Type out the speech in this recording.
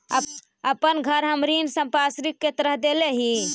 अपन घर हम ऋण संपार्श्विक के तरह देले ही